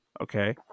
Okay